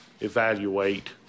evaluate